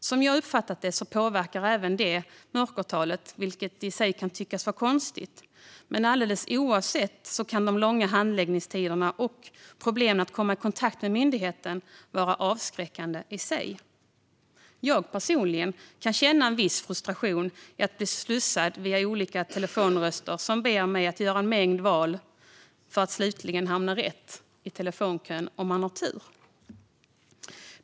Som jag har uppfattat det påverkar även detta mörkertalet, vilket i sig kan tyckas vara konstigt. Men alldeles oavsett detta kan de långa handläggningstiderna och problemen att komma i kontakt med myndigheten vara avskräckande i sig. Jag personligen kan känna en viss frustration över att bli slussad via olika telefonröster som ber mig att göra en mängd val för att slutligen hamna rätt i telefonkön, om jag har tur.